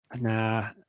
nah